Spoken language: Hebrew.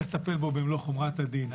צריך לטפל בו במלוא חומרת הדין.